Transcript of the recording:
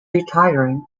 retiring